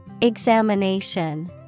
Examination